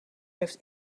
heeft